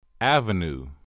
Avenue